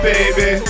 Baby